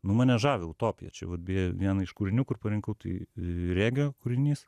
nu mane žavi utopija čia vat beje vieną iš kūrinių kur parinkau tai regio kūrinys